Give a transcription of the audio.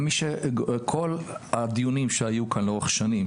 כל הדיונים שהיו כאן לאורך שנים,